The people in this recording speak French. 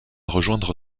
rejoindre